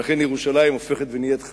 ולכן ירושלים הופכת ונהיית חרדית,